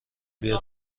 بیا